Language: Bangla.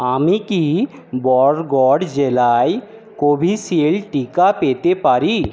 আমি কি বরগড় জেলায় কোভিশিল্ড টিকা পেতে পারি